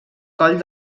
coll